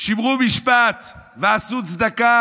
"שמרו משפט ועשו וצדקה